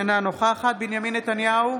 אינה נוכחת בנימין נתניהו,